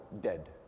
dead